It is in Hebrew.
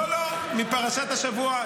לא, לא, מפרשת השבוע.